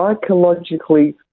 psychologically